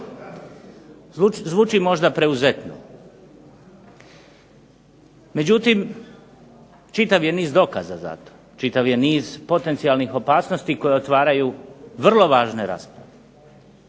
Zvuči malo preuzetno, međutim čitav je niz dokaza za to, čitav je niz potencijalnih opasnosti koje otvaraju vrlo važne rasprave.